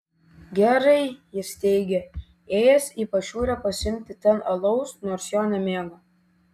gerai jis teigė ėjęs į pašiūrę pasiimti ten alaus nors jo nemėgo